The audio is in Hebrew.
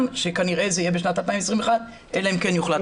כנראה שזה יהיה בשנת 2021 אלא אם כן יוחלט אחרת.